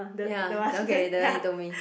ya okay that one you told me